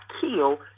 kill